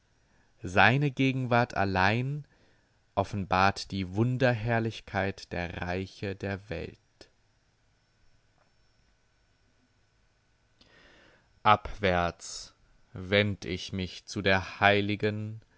seine gegenwart allein offenbart die wunderherrlichkeit der reiche der welt abwärts wend ich mich zu der heiligen